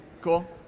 Cool